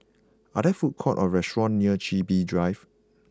are there food court or restaurant near Chin Bee Drive